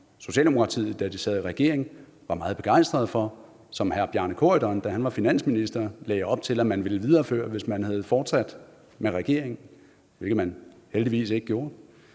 Socialdemokratiet, da de sad i regering, var meget begejstret for, og som hr. Bjarne Corydon, da han var finansminister, lagde op til at man ville videreføre, hvis man havde fortsat i regering, hvilket man heldigvis ikke gjorde,